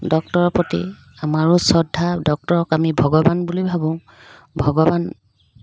ডক্তৰৰ প্ৰতি আমাৰো শ্ৰদ্ধা ডক্তৰক আমি ভগৱান বুলি ভাবোঁ ভগৱান